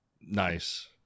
Nice